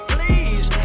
Please